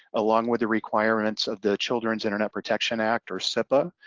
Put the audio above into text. along with the requirements of the children's internet protection act or so cipa.